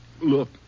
look